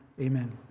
Amen